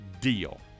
deal